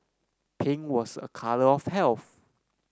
pink was a colour of health